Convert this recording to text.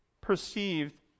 perceived